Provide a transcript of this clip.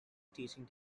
teaching